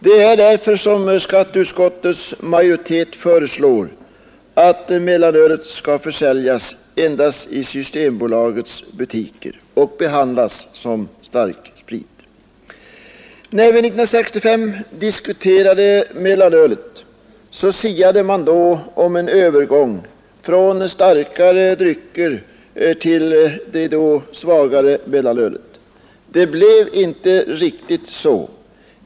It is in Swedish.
Det är därför som skatteutskottets majoritet föreslår att mellanölet skall försäljas endast i systembolagets butiker och behandlas som starksprit. När vi 1965 diskuterade mellanölet siade man om en övergång från starkare drycker till det svagare mellanölet. Det blev inte riktigt så.